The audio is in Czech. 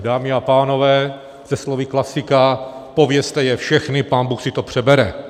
Dámy a pánové, slovy klasika: Pověste je všechny, Pán Bůh si to přebere.